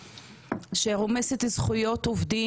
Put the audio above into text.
שרומסת את זכויות העובדים,